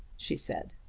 she said.